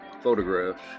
photographs